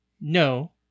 No